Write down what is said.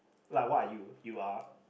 like what are you you are